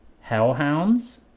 Hellhounds